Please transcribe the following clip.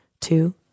Two